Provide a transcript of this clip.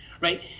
right